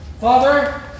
Father